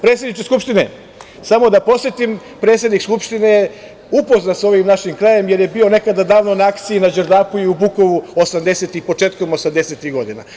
Predsedniče Skupštine, samo da podsetim, predsednik Skupštine je upoznat sa ovim našim krajem jer je bio nekada davno na akciji na Đerdapu i u Bukovu početkom osamdesetih godina.